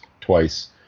twice